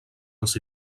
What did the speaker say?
els